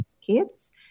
kids